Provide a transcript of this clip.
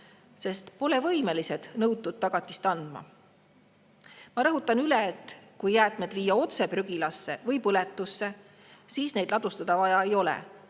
sest pole võimelised nõutud tagatist andma. Ma rõhutan, et kui jäätmed viia otse prügilasse või põletusse, siis neid ladustada vaja ei ole.